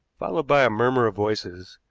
followed by a murmur of voices,